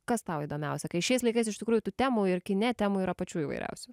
kas tau įdomiausia kai šiais laikais iš tikrųjų tų temų ir kine temų yra pačių įvairiausių